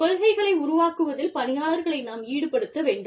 கொள்கைகளை உருவாக்குவதில் பணியாளர்களை நாம் ஈடுபடுத்த வேண்டும்